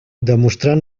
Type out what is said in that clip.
demostrar